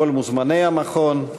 כל מוזמני המכון,